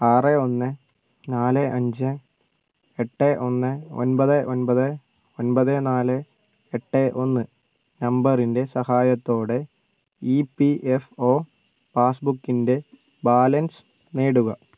ആറ് ഒന്ന് നാല് അഞ്ച് എട്ട് ഒന്ന് ഒൻപത് ഒൻപത് ഒൻപത് നാല് എട്ട് ഒന്ന് നമ്പറിൻറ്റെ സഹായത്തോടെ ഇ പി എഫ് ഒ പാസ്ബുക്കിൻറ്റെ ബാലൻസ് നേടുക